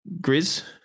Grizz